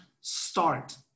start